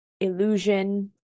illusion